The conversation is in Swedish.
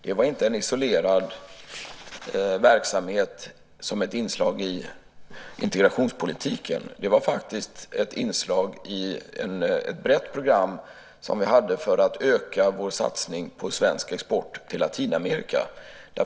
Det var inte en isolerad verksamhet som ett inslag i integrationspolitiken. Det var faktiskt ett inslag i ett brett program som vi hade för att öka vår satsning på svensk export till Latinamerika.